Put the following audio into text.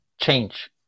change